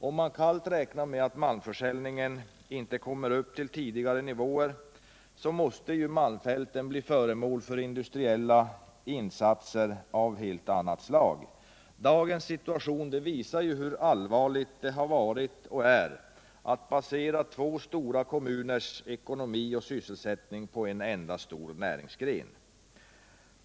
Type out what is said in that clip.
Om man kallt räknar med att malmförsäljningen inte kommer upp till tidigare nivåer, måste malmfälten bli föremål för industriella satsningar av helt annat slag. Dagens situation visar hur allvarligt det har varit och är att basera två stora kommuners ekonomi och sysselsättning på en enda stor näringsgren.